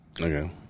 Okay